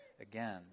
again